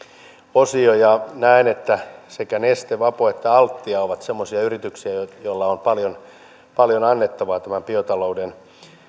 osio ja näen että sekä neste vapo että altia ovat semmoisia yrityksiä joilla joilla on paljon paljon annettavaa tämän biotalouden